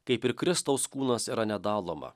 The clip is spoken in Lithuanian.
kaip ir kristaus kūnas yra nedaloma